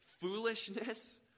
foolishness